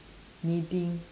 kneading